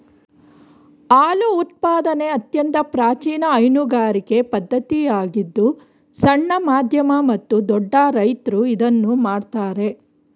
ಹಾಲು ಉತ್ಪಾದನೆ ಅತ್ಯಂತ ಪ್ರಾಚೀನ ಹೈನುಗಾರಿಕೆ ಪದ್ಧತಿಯಾಗಿದ್ದು ಸಣ್ಣ, ಮಧ್ಯಮ ಮತ್ತು ದೊಡ್ಡ ರೈತ್ರು ಇದನ್ನು ಮಾಡ್ತರೆ